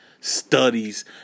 studies